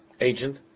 agent